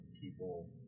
people